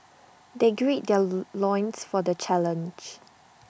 they gird their loins for the challenge